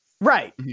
Right